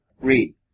Read